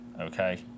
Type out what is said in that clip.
okay